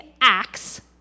acts